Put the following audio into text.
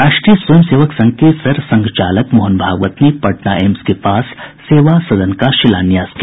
राष्ट्रीय स्वयं सेवक संघ के सरसंघचालक मोहन भागवत ने पटना एम्स के पास सेवा सदन का शिलान्यास किया